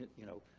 you know,